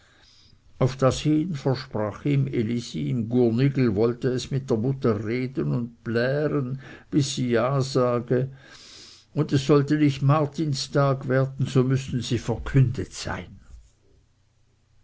auf das hin versprach ihm elisi im gurnigel wolle es mit der mutter reden und plären bis sie ja sage und es solle nicht martistag werden so müßten sie verkündet sein